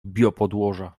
biopodłoża